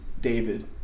David